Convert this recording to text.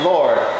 Lord